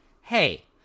hey